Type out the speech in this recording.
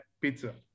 pizza